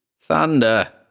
Thunder